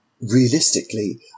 Realistically